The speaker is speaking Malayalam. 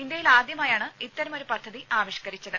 ഇന്ത്യയിലാദ്യമായാണ് ഇത്തരമൊരു പദ്ധതി ആവിഷ്ക്കരിച്ചത്